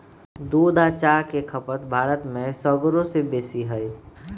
दूध आ चाह के खपत भारत में सगरो से बेशी हइ